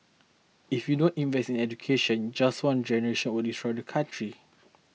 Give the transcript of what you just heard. if we don't invest in education just one generation would destroy the country